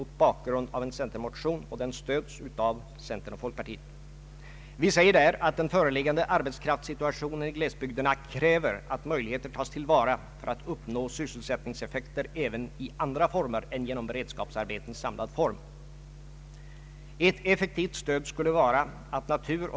Som alternativ till bidrag skulle avskrivningslån kunna användas, d.v.s. amorteringsoch räntefritt lån som avskreves på fem år.